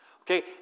okay